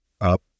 up